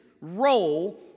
role